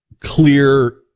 clear